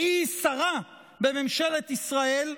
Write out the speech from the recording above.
והיא, שרה בממשלת ישראל,